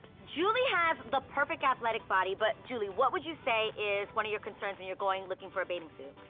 juli has the perfect athletic body but juli what would you say is one of your concerns when you're going looking for a bathing suit?